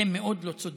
זה מאוד לא צודק.